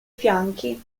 fianchi